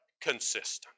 consistent